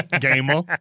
gamer